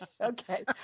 Okay